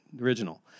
Original